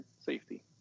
safety